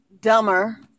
dumber